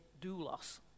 doulos